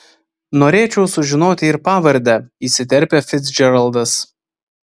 norėčiau sužinoti ir pavardę įsiterpia ficdžeraldas